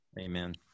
amen